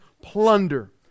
plunder